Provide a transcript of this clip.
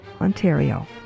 Ontario